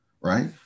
right